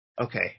okay